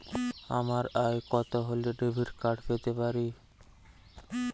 আমার আয় কত হলে ডেবিট কার্ড পেতে পারি?